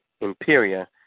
Imperia